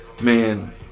Man